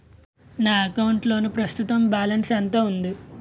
నా అకౌంట్ లోని ప్రస్తుతం బాలన్స్ ఎంత ఉంది?